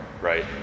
right